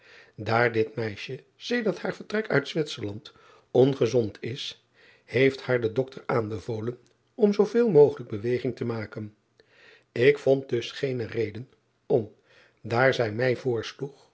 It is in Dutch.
aar dit meisje sedert haar vertrek uit witserland ongezond is heeft haar de octor aanbevolen om zooveel mogelijk beweging te maken k vond dus geene reden om daar zij mij voorsloeg